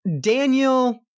Daniel